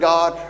God